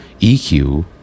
EQ